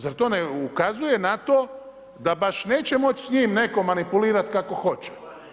Zar to ne ukazuje na to da baš neće moći s njim netko manipulirati kako hoće?